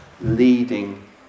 leading